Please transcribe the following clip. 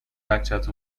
بچت